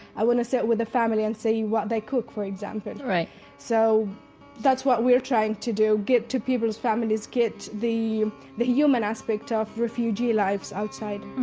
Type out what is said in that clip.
i want to sit with a family and see what they cook, for example right so that's what we're trying to do get to people's families, get the the human aspect of refugee lives outside